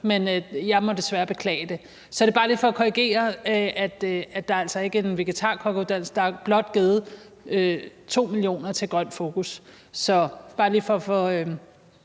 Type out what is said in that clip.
men jeg må desværre beklage det. Så det er bare for lige at korrigere. Der er altså ikke en vegetarkokkeuddannelse. Der er blot givet 2 mio. kr. til et grønt fokus. Så det er bare lige for at få